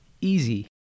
easy